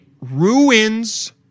ruins